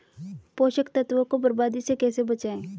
पोषक तत्वों को बर्बादी से कैसे बचाएं?